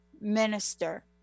minister